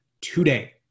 today